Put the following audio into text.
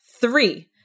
Three